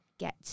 get